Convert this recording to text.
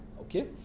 okay